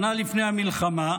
שנה לפני המלחמה,